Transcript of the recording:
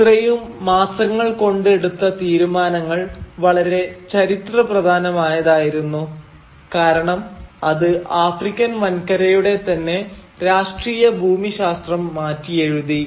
ഇത്രയും മാസങ്ങൾ കൊണ്ട് എടുത്ത തീരുമാനങ്ങൾ വളരെ ചരിത്രപ്രധാനമായതായിരുന്നു കാരണം അത് ആഫ്രിക്കൻ വൻകരയുടെ തന്നെ രാഷ്ട്രീയ ഭൂമിശാസ്ത്രം മാറ്റിയെഴുതി